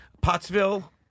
Pottsville